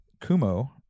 Kumo